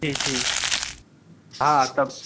जी जी हा त